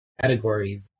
category